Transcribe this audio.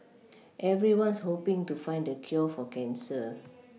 everyone's hoPing to find the cure for cancer